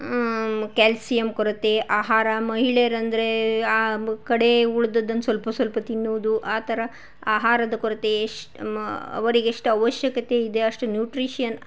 calcium ಕೊರತೆ ಆಹಾರ ಮಹಿಳೆಯರಂದರೆ ಕಡೆ ಉಳ್ದದನ್ನ ಸ್ವಲ್ಪ ಸ್ವಲ್ಪ ತಿನ್ನುವುದು ಆ ಥರ ಆಹಾರದ ಕೊರತೆ ಶ್ ಅವರಿಗೆಷ್ಟು ಅವಶ್ಯಕತೆ ಇದೆ ಅಷ್ಟು ನ್ಯೂಟ್ರೀಷನ್